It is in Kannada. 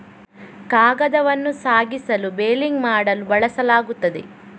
ಕಾಗದವನ್ನು ಸಾಗಿಸಲು ಬೇಲಿಂಗ್ ಮಾಡಲು ಬಳಸಲಾಗುತ್ತದೆ